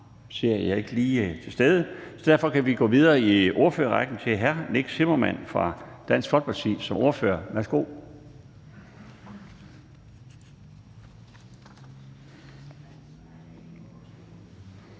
ser jeg ikke lige er til stede, og derfor kan vi gå videre i ordførerrækken til hr. Nick Zimmermann som ordfører for Dansk Folkeparti. Værsgo.